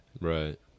Right